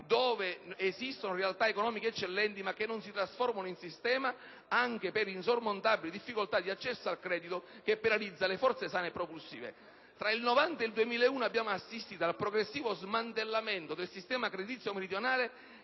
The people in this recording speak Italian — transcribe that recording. dove esistono le realtà economiche eccellenti ma non si trasformano in sistema», anche per insormontabili difficoltà di accesso al credito che penalizza le forze sane e propulsive. Tra il 1990 e il 2001 abbiamo assistito al progressivo smantellamento del sistema creditizio meridionale,